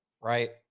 right